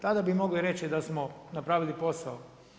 Tada bi mogli reći da smo napravili posao.